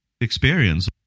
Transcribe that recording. experience